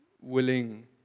willing